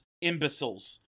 imbeciles